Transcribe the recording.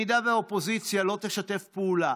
אם האופוזיציה לא תשתף פעולה